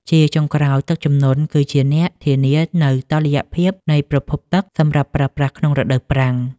ជាចុងក្រោយ ទឹកជំនន់គឺជាអ្នកធានានូវតុល្យភាពនៃប្រភពទឹកសម្រាប់ប្រើប្រាស់ក្នុងរដូវប្រាំង។